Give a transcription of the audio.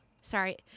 Sorry